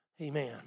Amen